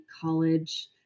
college